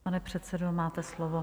Pane předsedo, máte slovo.